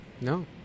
no